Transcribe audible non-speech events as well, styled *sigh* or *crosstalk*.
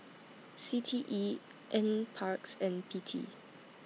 C T E *noise* N Parks and P T